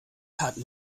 hatten